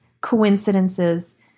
coincidences